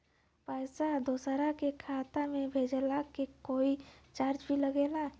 पैसा दोसरा के खाता मे भेजला के कोई चार्ज भी लागेला?